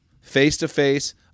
face-to-face